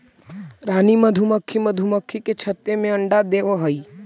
रानी मधुमक्खी मधुमक्खी के छत्ते में अंडा देवअ हई